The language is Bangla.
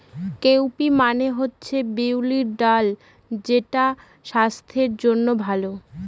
কাউপি মানে হচ্ছে বিউলির ডাল যেটা স্বাস্থ্যের জন্য ভালো